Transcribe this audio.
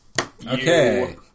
Okay